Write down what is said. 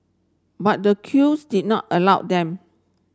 but the crews did not allow them